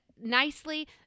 nicely